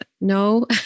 No